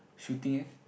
shooting eh